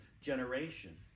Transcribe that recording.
generation